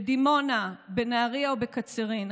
בדימונה, בנהריה או בקצרין.